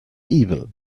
evil